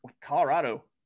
Colorado